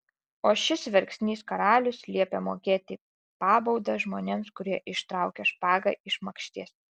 o šis verksnys karalius liepia mokėti pabaudą žmonėms kurie ištraukia špagą iš makšties